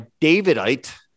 davidite